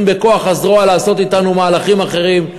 בכוח הזרוע לעשות אתנו מהלכים אחרים.